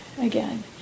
again